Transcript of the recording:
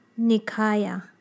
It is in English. Nikaya